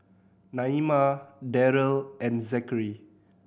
Naima Darell and Zachary